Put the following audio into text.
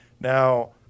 Now